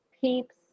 peeps